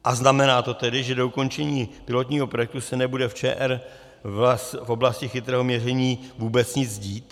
A znamená to tedy, že dokončení pilotního projektu se nebude v ČR v oblasti chytrého měření vůbec nic dít?